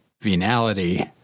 venality